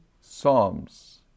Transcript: psalms